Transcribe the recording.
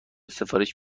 سفارش